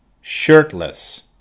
Shirtless